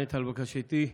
שנענית לבקשתי.